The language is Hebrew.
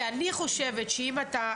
כי אני חושבת שאם אתה,